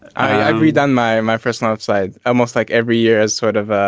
i've redone my and my personal website almost like every year as sort of.